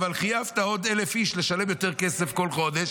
אבל חייבת עוד 1,000 איש לשלם יותר כסף כל חודש.